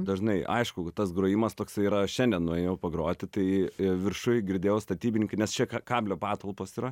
dažnai aišku kad tas grojimas toksai yra šiandien nuėjau pagroti tai viršuj girdėjau statybininkai nes čia ka kablio patalpos yra